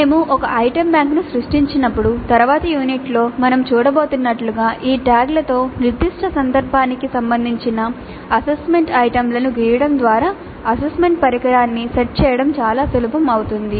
మేము ఒక ఐటెమ్ బ్యాంక్ను సృష్టించినప్పుడు తరువాతి యూనిట్లో మనం చూడబోతున్నట్లుగా ఈ ట్యాగ్లతో నిర్దిష్ట సందర్భానికి సంబంధించిన అసెస్మెంట్ ఐటెమ్లను గీయడం ద్వారా అసెస్మెంట్ పరికరాన్ని సెట్ చేయడం చాలా సులభం అవుతుంది